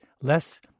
less